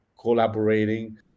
collaborating